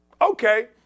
Okay